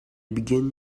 begin